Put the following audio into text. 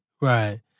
Right